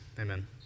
Amen